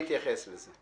אתייחס לזה.